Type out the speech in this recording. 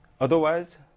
Otherwise